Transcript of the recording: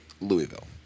louisville